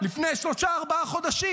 לפני שלושה, ארבעה חודשים,